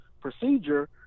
procedure